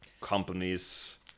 companies